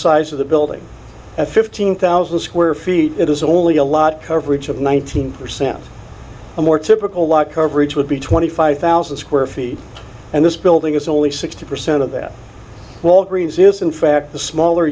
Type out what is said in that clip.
size of the building at fifteen thousand square feet it is only a lot coverage of nineteen percent a more typical lot coverage would be twenty five thousand square feet and this building is only sixty percent of that walgreens is in fact the smaller